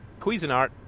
Cuisinart